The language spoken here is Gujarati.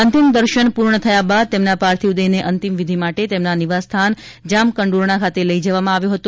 અંતિમ દર્શન પૂર્ણ થયા બાદ તેમના પાર્થિવ દેહને અંતિમવિધિ માટે તેમના નિવાસસ્થાન જામકંડોરણા ખાતે લઇ જવામાં આવ્યો હતો